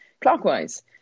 clockwise